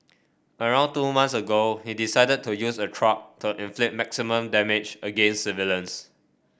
around two months ago he decided to use a truck to inflict maximum damage against civilians